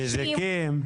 מזיקים.